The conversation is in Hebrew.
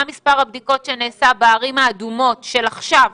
מה מספר הבדיקות שנעשה בערים האדומות של עכשיו,